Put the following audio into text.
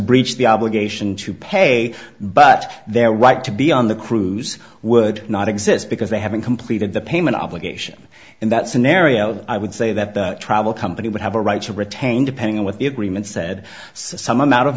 breached the obligation to pay but their right to be on the cruise would not exist because they haven't completed the payment obligation in that scenario i would say that the travel company would have a right to retain depending on what the agreement said some amount of